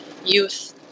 youth